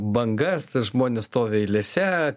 bangas tad žmonės stovi eilėse